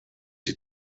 die